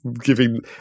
giving